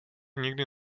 nikdy